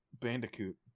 Bandicoot